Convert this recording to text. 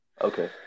Okay